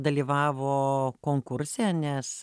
dalyvavo konkurse nes